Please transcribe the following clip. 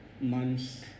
months